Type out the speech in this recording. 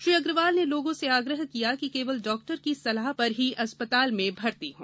श्री अग्रवाल ने लोगों से आग्रह किया कि केवल डॉक्टर की सलाह पर ही अस्प ताल में भर्ती हों